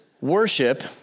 worship